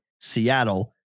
Seattle